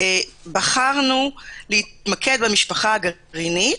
בחרנו להתמקד במשפחה הגרעינית,